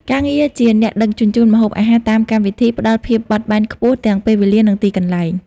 ការងារជាអ្នកដឹកជញ្ជូនម្ហូបអាហារតាមកម្មវិធី ផ្តល់ភាពបត់បែនខ្ពស់ទាំងពេលវេលា និងទីកន្លែង។